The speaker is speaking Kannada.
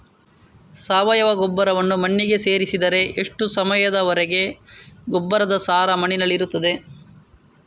ಸಾವಯವ ಗೊಬ್ಬರವನ್ನು ಮಣ್ಣಿಗೆ ಸೇರಿಸಿದರೆ ಎಷ್ಟು ಸಮಯದ ವರೆಗೆ ಗೊಬ್ಬರದ ಸಾರ ಮಣ್ಣಿನಲ್ಲಿ ಇರುತ್ತದೆ?